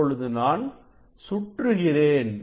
இப்பொழுது நான் சுற்றுகிறேன்